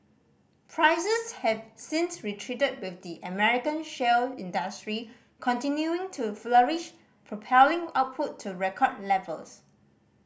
prices have since retreated with the American shale industry continuing to flourish propelling output to record levels